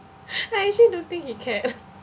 I actually don't think he cared